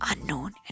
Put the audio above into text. Unknown